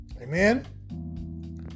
Amen